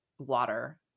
water